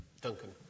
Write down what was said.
Duncan